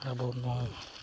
ᱟᱵᱚ ᱱᱚᱣᱟ